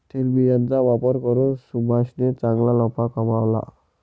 तेलबियांचा व्यापार करून सुभाषने चांगला नफा कमावला